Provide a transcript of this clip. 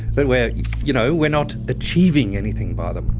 but we're you know, we're not achieving anything by them.